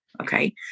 okay